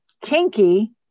kinky